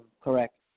correct